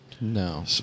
No